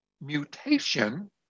mutation